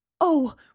Oh